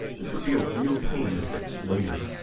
this would be a real pain to fix later.